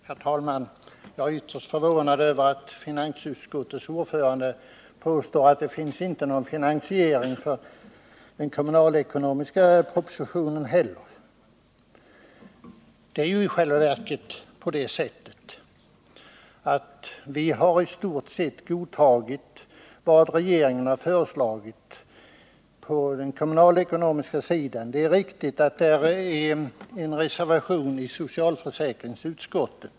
Herr talman! Jag är ytterst förvånad över att finansutskottets ordförande påstår att det inte heller finns någon finansiering för den kommunalekonomiska propositionen. Det är ju i själva verket så att vi i stort sett har godtagit vad regeringen har föreslagit på den kommunalekonomiska sidan. Det är riktigt att det föreligger en reservation i socialförsäkringsutskottet.